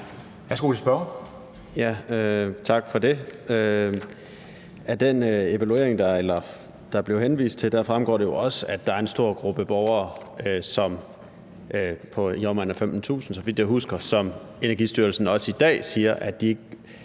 Tak for det.